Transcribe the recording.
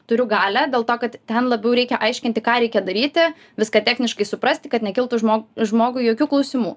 turiu galią dėl to kad ten labiau reikia aiškinti ką reikia daryti viską techniškai suprasti kad nekiltų žmo žmogui jokių klausimų